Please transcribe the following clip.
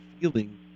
feeling